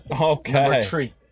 Okay